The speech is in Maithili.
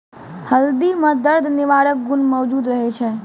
हल्दी म दर्द निवारक गुण मौजूद रहै छै